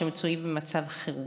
שמצויים במצב חירום.